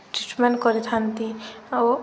treatment କରିଥାନ୍ତି ଆଉ